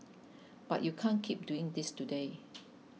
but you can't keep doing this today